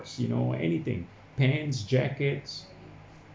you know anything pants jackets